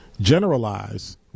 generalize